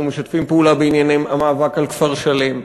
אנחנו משתפים פעולה בענייני המאבק על כפר-שלם,